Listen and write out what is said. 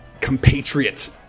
compatriot